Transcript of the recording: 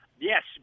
yes